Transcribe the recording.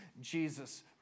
Jesus